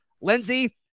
Lindsey